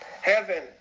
heaven